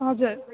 हजुर